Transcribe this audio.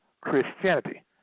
Christianity